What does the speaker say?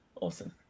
Awesome